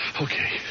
Okay